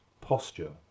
posture